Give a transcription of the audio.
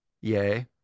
Yay